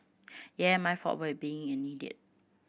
yeah my fault for being an idiot